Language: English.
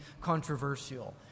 controversial